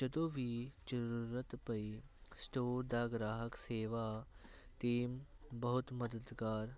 ਜਦੋਂ ਵੀ ਜ਼ਰੂਰਤ ਪਈ ਸਟੋਰ ਦਾ ਗ੍ਰਾਹਕ ਸੇਵਾ ਟੀਮ ਬਹੁਤ ਮਦਦਗਾਰ